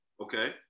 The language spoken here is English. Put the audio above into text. okay